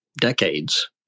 decades